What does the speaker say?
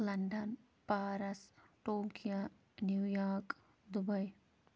London Paris Tokyo New York Dubai